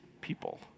people